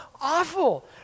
awful